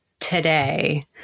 today